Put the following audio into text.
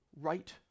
right